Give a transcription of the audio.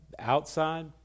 outside